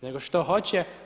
Nego što hoće?